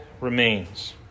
remains